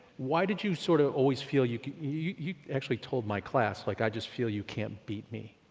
why did you sorta always feel you, you actually told my class like i just feel you can't beat me,